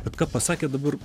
bet ką pasakėt dabar